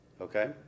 Okay